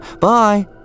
Bye